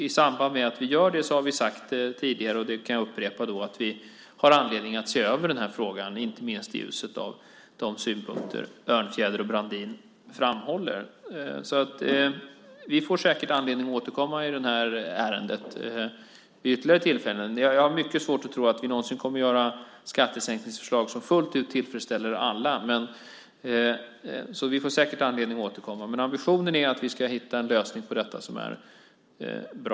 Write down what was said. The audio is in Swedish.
I samband med att vi gör det - det har vi sagt tidigare och det kan jag upprepa - har vi anledning att se över den här frågan, inte minst i ljuset av de synpunkter Örnfjäder och Brandin framhåller. Vi får säkert anledning att återkomma i ärendet vid ytterligare tillfällen. Jag har mycket svårt att tro att vi någonsin kommer att göra skattesänkningsförslag som fullt ut tillfredsställer alla, så vi får säkert anledning att återkomma, men ambitionen är att vi ska hitta en bra lösning på detta.